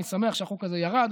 אני שמח שהחוק הזה ירד.